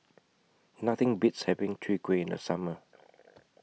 Nothing Beats having Chwee Kueh in The Summer